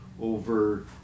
over